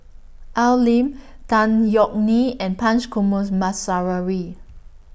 Al Lim Tan Yeok Nee and Punch